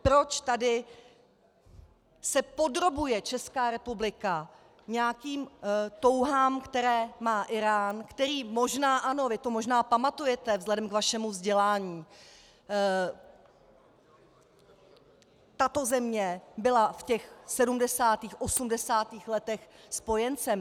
Proč tady se podrobuje Česká republika nějakým touhám, které má Írán, který možná ano, vy to možná pamatujete vzhledem k vašemu vzdělání, tato země byla v 70., 80. letech spojencem.